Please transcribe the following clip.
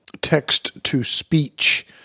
text-to-speech